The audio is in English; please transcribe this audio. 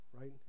right